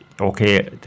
okay